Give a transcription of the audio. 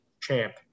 champ